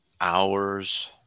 hours